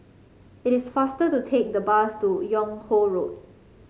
it is faster to take the bus to Yung Ho Road